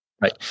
Right